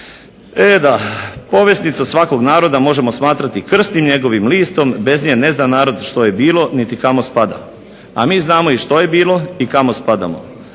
"povijest svakog naroda možemo smatrati krsnim njegovim listom, bez nje ne zna narod što je bilo niti kamo spada". A mi znamo što je bilo i kamo spadamo.